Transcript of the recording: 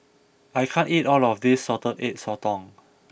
I can't eat all of this Salted Egg Sotong